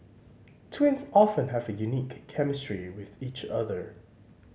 twins often have unique chemistry with each other